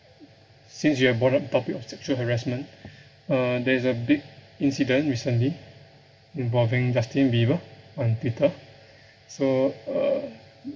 since you have brought up topic of sexual harassment uh there's a big incident recently involving justin bieber on twitter so uh